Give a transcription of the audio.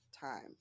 time